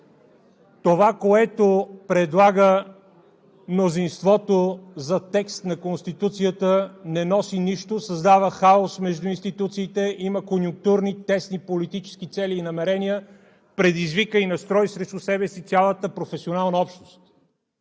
Това, което предлага мнозинството за текст на Конституцията, не носи нищо – създава хаос между институциите, има конюнктурни, тесни политически цели и намерения, предизвика и настрои срещу себе си цялата професионална общност!